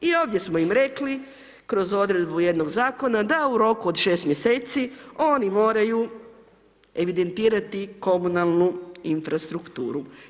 I ovdje smo im rekli kroz odredbu jednog zakona da u roku od 6 mjeseci oni moraju evidentirati komunalnu infrastrukturu.